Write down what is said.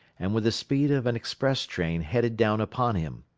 and with the speed of an express train headed down upon him.